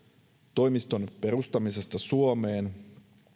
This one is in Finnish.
toimiston perustamisesta suomeen